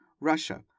Russia